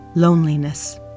loneliness